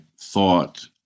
thought